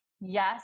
yes